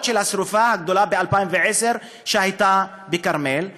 של השרפה הגדולה שהייתה בכרמל ב-2010.